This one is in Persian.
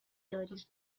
داری